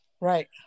Right